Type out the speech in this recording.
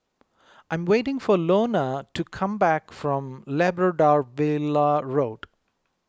I'm waiting for Iona to come back from Labrador Villa Road